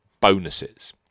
bonuses